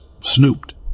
snooped